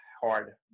hard